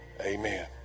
Amen